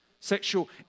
Sexual